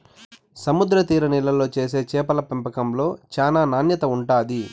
సముద్ర తీర నీళ్ళల్లో చేసే చేపల పెంపకంలో చానా నాణ్యత ఉంటాది